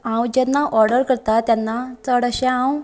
हांव जेन्ना ऑर्डर करता तेन्ना चड अशें हांव